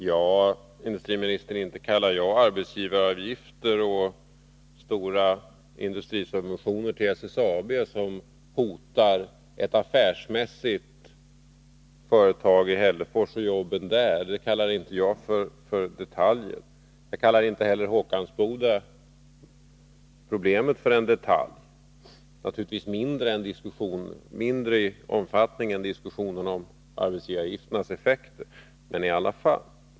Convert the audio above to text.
Herr talman! Jag kallar inte, herr industriminister, arbetsgivaravgifter och stora industrisubventioner till SSAB, som hotar ett affärsmässigt företag i Hällefors och jobben där, för detaljer. Jag kallar inte heller Håkansbodaproblemet för en detalj. Det är naturligtvis mindre i omfattning än diskussionen om arbetsgivaravgifternas effekter, men i alla fall.